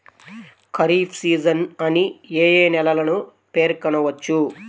Kharif season అని ఏ ఏ నెలలను పేర్కొనవచ్చు?